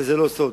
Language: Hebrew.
וזה לא סוד,